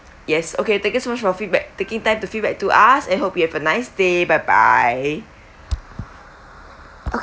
yes okay thank you so much for feedback taking time to feedback to us and hope you have a nice day bye bye